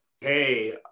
Hey